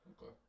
Okay